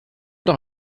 noch